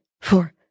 four